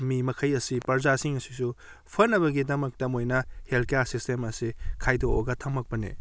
ꯃꯤ ꯃꯈꯩ ꯑꯁꯤ ꯄ꯭ꯔꯥꯖꯥꯁꯤꯡ ꯑꯁꯤꯁꯨ ꯐꯅꯕꯒꯤꯗꯃꯛꯇ ꯃꯣꯏꯅ ꯍꯦꯜꯊ ꯀꯤꯌꯥꯔ ꯁꯤꯁꯇꯦꯝ ꯑꯁꯤ ꯈꯥꯏꯗꯣꯛꯂꯒ ꯊꯝꯂꯛꯄꯅꯤ